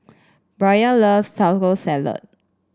Brayan loves Taco Salad